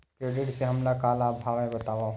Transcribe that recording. Credit से हमला का लाभ हे बतावव?